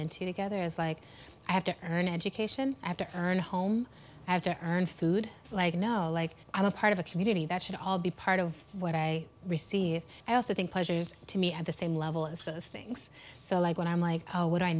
into together is like i have to earn education after earn home i have to earn food like no like i was part of a community that should all be part of what i receive i also think pleasures to me at the same level as those things so like when i'm like what